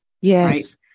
yes